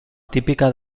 típica